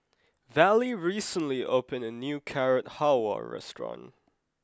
Vallie recently opened a new Carrot Halwa restaurant